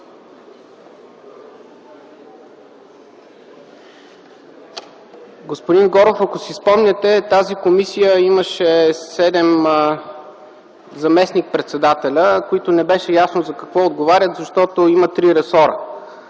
Господин Горов, ако си спомняте тази комисия имаше седем заместник-председателя, които не беше ясно за какво отговарят, защото има три ресора.